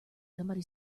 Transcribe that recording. somebody